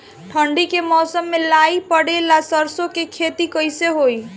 ठंडी के मौसम में लाई पड़े ला सरसो के खेती कइसे होई?